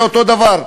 זה אותו דבר,